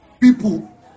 people